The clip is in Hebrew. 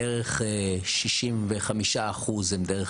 בערך כ-60% הם דרך